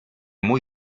muy